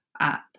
up